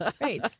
right